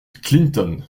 clinton